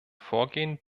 vorgehen